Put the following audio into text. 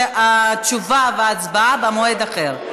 שתשובה והצבעה במועד אחר,